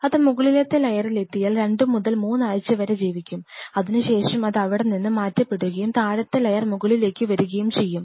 ഇത് മുകളിലത്തെ ലയറിൽ എത്തിയാൽ രണ്ടു മുതൽ മൂന്നാഴ്ച വരെ ജീവിക്കും അതിനുശേഷം അത് അവിടെനിന്ന് മാറ്റപ്പെടുകയും താഴത്തെ ലെയർ മുകളിലേക്ക് വരികയും ചെയ്യും